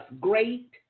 great